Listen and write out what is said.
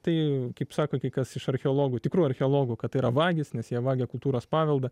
tai kaip sako tai kas iš archeologų tikrų archeologų kad yra vagys nes jie vagia kultūros paveldą